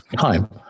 time